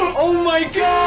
oh my god!